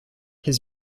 his